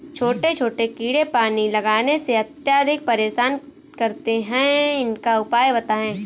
छोटे छोटे कीड़े पानी लगाने में अत्याधिक परेशान करते हैं इनका उपाय बताएं?